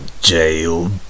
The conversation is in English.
jail